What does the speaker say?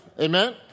Amen